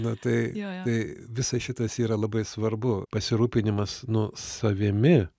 na tai tai visas šitas yra labai svarbu pasirūpinimas nu savimi